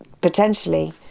potentially